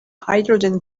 hydrogen